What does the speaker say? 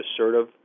assertive